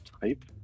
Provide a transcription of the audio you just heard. type